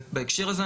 בהקשר הזה,